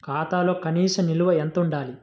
ఖాతాలో కనీస నిల్వ ఎంత ఉండాలి?